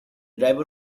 diver